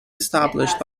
established